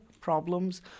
problems